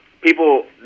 people